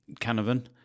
Canavan